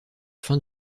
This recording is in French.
fin